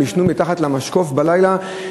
הם יישנו מתחת למשקוף בלילה?